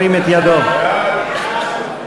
בתי-הדין הרבניים),